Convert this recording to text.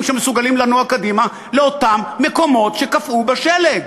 שמסוגלים לנוע קדימה לאותם מקומות שקפאו בשלג?